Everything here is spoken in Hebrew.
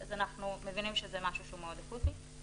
אז אנחנו מבינים שזה משהו שהוא מאוד אקוטי,